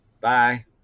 Bye